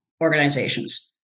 organizations